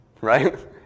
right